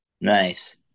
nice